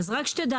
רק שתדע